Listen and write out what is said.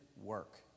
work